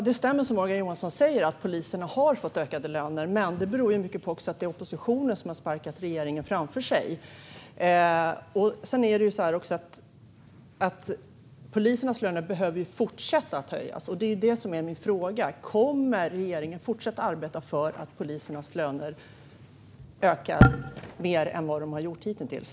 Fru talman! Det som Morgan Johansson säger stämmer; poliserna har fått ökade löner. Men det beror mycket på att oppositionen har sparkat regeringen framför sig. Polisernas löner behöver dock fortsätta höjas. Det är detta som är min fråga. Kommer regeringen att fortsätta arbeta för att polisernas löner ökar mer än vad de har gjort hitintills?